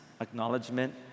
acknowledgement